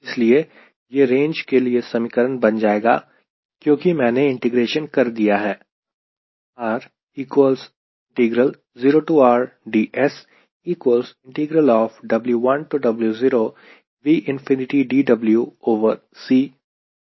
इसलिए यह रेंज के लिए समीकरण बन जाएगा क्योंकि मैंने इंटीग्रेशन कर दिया है